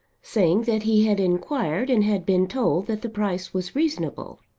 saying that he had inquired and had been told that the price was reasonable.